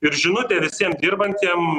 ir žinutė visiem dirbantiem